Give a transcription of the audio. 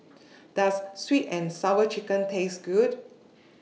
Does Sweet and Sour Chicken Taste Good